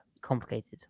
complicated